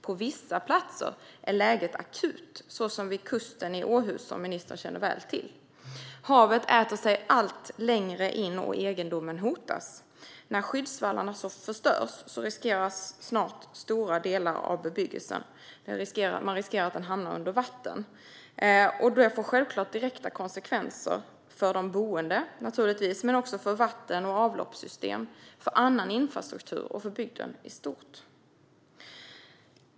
På vissa platser är läget akut, som vid kusten i Åhus, vilket ministern väl känner till. Havet äter sig allt längre in, och egendom hotas. När skyddsvallarna förstörs, riskerar snart stora delar av bebyggelsen att hamna under vatten. Det får självklart direkta konsekvenser för de boende men också för vatten och avloppssystem, för annan infrastruktur och för bygden i stort.